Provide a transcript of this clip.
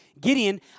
Gideon